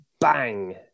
bang